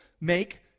make